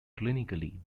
clinically